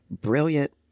brilliant